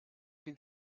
been